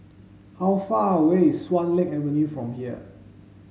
how far away is Swan Lake Avenue from here